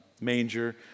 manger